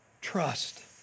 trust